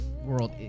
world